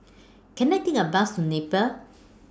Can I Take A Bus to Napier